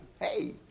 hey